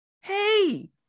hey